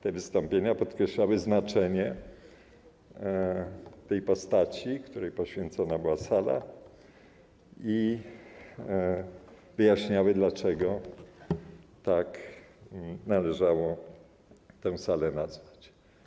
Te wystąpienia podkreślały znaczenie tej postaci, której poświęcona była sala, i wyjaśniały, dlaczego tak należało tę salę nazwać.